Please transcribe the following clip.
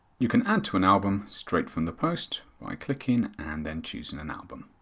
you can add to an album straight from the post by clicking and then choosing an album.